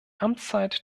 amtszeit